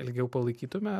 ilgiau palaikytume